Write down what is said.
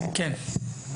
כן.